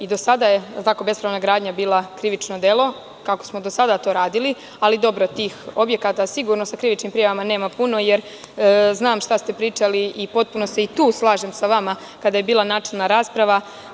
I do sada je bespravna gradnja bila krivično delo, kako smo do sada to radili, ali dobro, tih objekata sigurno sa krivičnim prijavama nema puno, jer znam šta ste pričali i potpuno se i tu slažem sa vama kada je bila načelna rasprava.